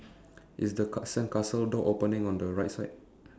is the ca~ sandcastle door opening on the right side